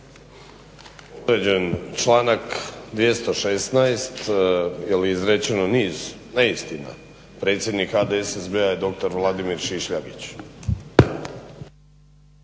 je članak 216. jer je izrečeno niz neistina. Predsjednik HDSSB-a je dr. Vladimir Šišljagić.